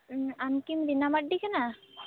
ᱟᱢ ᱠᱤᱢ ᱨᱤᱱᱟ ᱢᱟᱨᱰᱤ ᱠᱟᱱᱟ